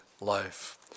life